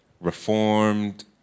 reformed